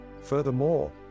Furthermore